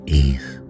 ease